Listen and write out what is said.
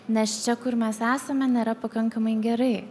nes čia kur mes esame nėra pakankamai gerai